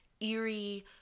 eerie